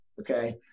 Okay